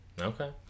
okay